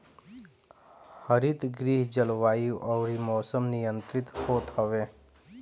हरितगृह जलवायु अउरी मौसम नियंत्रित होत हवे